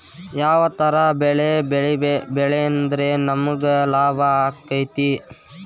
ಯಾವ ತರ ಬೆಳಿ ಬೆಳೆದ್ರ ನಮ್ಗ ಲಾಭ ಆಕ್ಕೆತಿ?